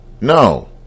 No